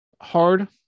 hard